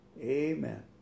Amen